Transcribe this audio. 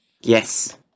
Yes